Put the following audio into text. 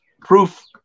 proof